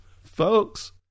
Folks